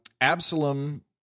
Absalom